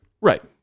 Right